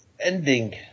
Ending